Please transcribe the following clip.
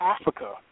Africa